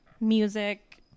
music